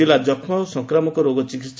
ଜିଲ୍ଲା ଯକ୍ଷ୍ମା ଓ ସଂକ୍ରମକ ରୋଗ ଚିକିସ୍